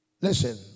Listen